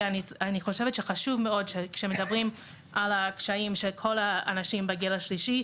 אני חושבת שחשוב מאוד שכשמדברים על הקשיים של אנשים בגיל השלישי,